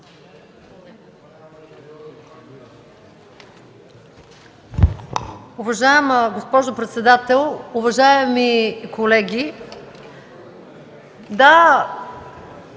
Уважаема госпожо председател, уважаеми колеги! По